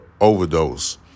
overdose